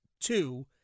two